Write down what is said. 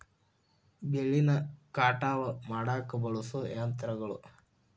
ಬೆಳಿನ ಕಟಾವ ಮಾಡಾಕ ಬಳಸು ಯಂತ್ರಗಳು